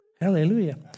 Hallelujah